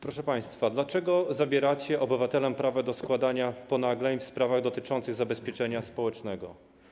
Proszę państwa, dlaczego zabieracie obywatelom prawo do wnoszenia ponagleń w sprawach dotyczących zabezpieczenia społecznego?